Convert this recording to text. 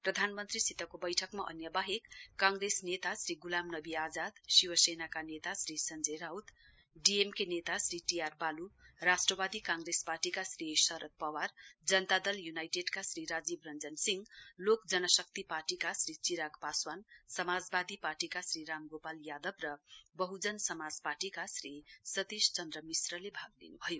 प्रधानमन्त्रीसितको बैठकमा अन्य बाहेक काँग्रेस नेता श्री गुलाम नवी आजाद शिवसेनाका नेता Shri Sanjay Raut D M K नेता श्री टी आर बालू राष्ट्रवादी काँग्रेस पार्टीका श्री शरद पवार जनता दल युनाइटेडका श्री राजीव रंजन सिंह लोक जनशक्ति पार्टीका श्री चिराग पासवान समाजवादी पार्टीका श्री रामगोपाल यादव र वहुजन समाज पार्टीका श्री सतीश चन्द्र मिश्रले भाग लिनुभयो